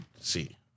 see